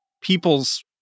people's